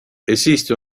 esiste